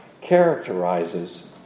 characterizes